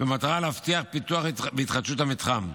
במטרה להבטיח פיתוח והתחדשות של המתחם,